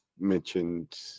mentioned